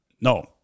No